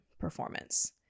performance